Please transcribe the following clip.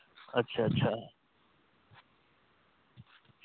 अच्छा अच्छा